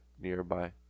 nearby